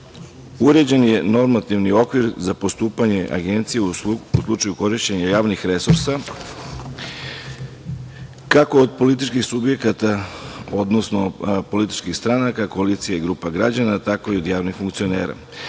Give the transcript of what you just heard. uređen je normativni okvir za postupanje Agencije u slučaju korišćenja javnih resursa, kako od političkih subjekata, odnosno političkih stranaka, koalicije grupa građana, tako i od javnih funkcionera. Agencija